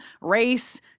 race